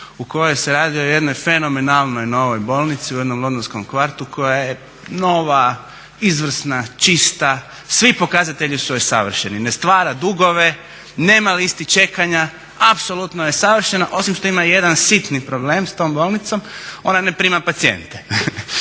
u kojoj se radi o jednoj fenomenalnoj novoj bolnici u jednom londonskom kvartu koja je nova, izvrsna, čista, svi pokazatelji su joj savršeni. Ne stvara dugove, nema listi čekanja, apsolutno je savršena osim što ima jedan sitni problem s tom bolnicom, ona ne prima pacijente.